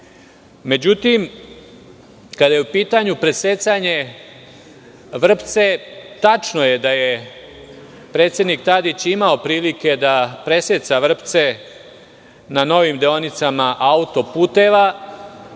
SPO.Međutim, kada je u pitanju presecanje vrpce tačno je da je predsednik Tadić imao prilike da preseca vrpce na novim deonicama auto puteva.